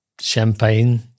champagne